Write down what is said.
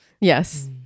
Yes